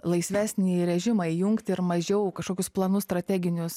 laisvesnį režimą įjungti ir mažiau kažkokius planus strateginius